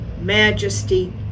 majesty